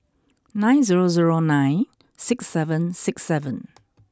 nine zero zero nine six seven six seven